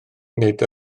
nid